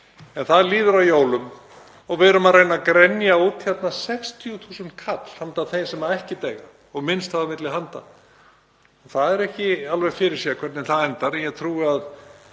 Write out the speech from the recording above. En það líður að jólum og við erum að reyna að grenja út hérna 60.000 kall handa þeim sem ekkert eiga og minnst hafa milli handa. Það er ekki alveg fyrirséð hvernig það endar. Ég trúi að